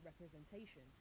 representation